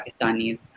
Pakistanis